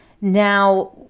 Now